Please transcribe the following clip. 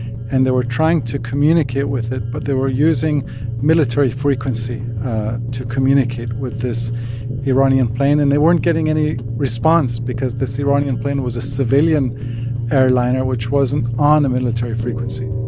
and they were trying to communicate with it, but they were using military frequency to communicate with this iranian plane. and they weren't getting any response because this iranian plane was a civilian airliner, which wasn't on a military frequency